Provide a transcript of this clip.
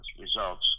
results